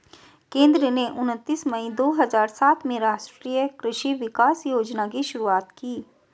केंद्र ने उनतीस मई दो हजार सात में राष्ट्रीय कृषि विकास योजना की शुरूआत की